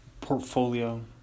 portfolio